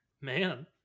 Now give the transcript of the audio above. Man